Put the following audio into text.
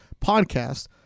podcast